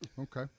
Okay